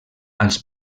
als